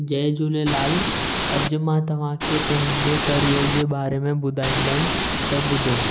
जय झूलेलाल अॼु मां तव्हांखे पंहिंजे करियर जे बारे में ॿुधाईंदुमि त ॿुधो